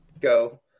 Go